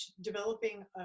developing